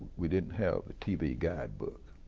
we didn't have a tv guidebook,